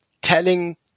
telling